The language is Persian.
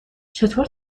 چطور